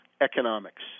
economics